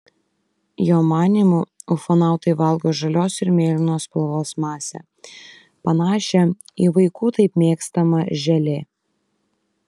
jo manymu ufonautai valgo žalios ir mėlynos spalvos masę panašią į vaikų taip mėgstamą želė